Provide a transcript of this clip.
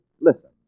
listen